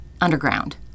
underground